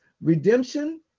Redemption